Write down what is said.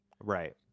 Right